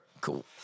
cool